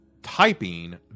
typing